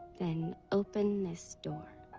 then open this door.